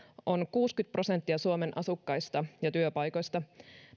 on kuusikymmentä prosenttia suomen asukkaista ja työpaikoista